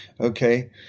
Okay